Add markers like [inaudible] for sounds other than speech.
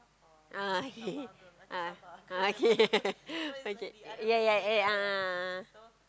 ah okay ah ah okay [laughs] okay ya ya ya a'ah a'ah